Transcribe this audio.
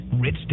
Rich